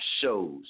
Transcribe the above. shows